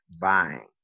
buying